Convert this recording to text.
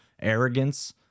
arrogance